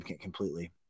completely